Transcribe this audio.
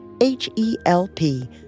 H-E-L-P